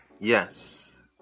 yes